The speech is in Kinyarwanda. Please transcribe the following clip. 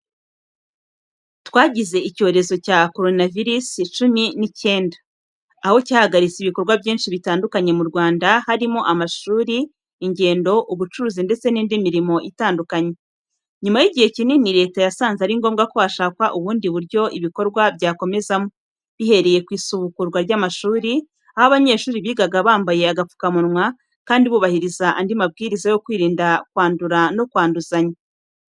Twagize icyorezo cya Coronavirus cumi n’icyenda, aho cyahagaritse ibikorwa byinshi bitandukanye mu Rwanda, harimo amashuri, ingendo, ubucuruzi ndetse n’indi mirimo itandukanye. Nyuma y’igihe kinini, leta yasanze ari ngombwa ko hashakwa ubundi buryo ibikorwa byakomezamo, bihereye ku isubukurwa ry’amashuri, aho abanyeshuri bigaga bambaye agapfukamunwa kandi bubahiriza andi mabwiriza yo kwirinda kwandura no kwanduzanya.